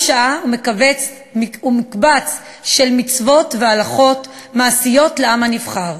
ובה בשעה הוא מקבץ של מצוות והלכות מעשיות לעם הנבחר,